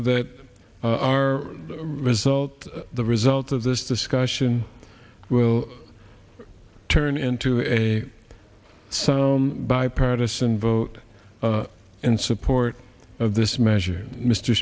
that our result the result of this discussion will turn into a some bipartisan vote in support of this measure mr